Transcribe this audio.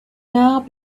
now